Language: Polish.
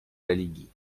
religii